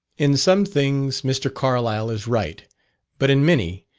in some things, mr. carlyle is right but in many,